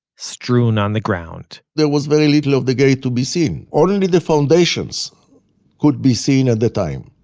strewn on the ground there was very little of the gate to be seen. only the foundations could be seen at the time.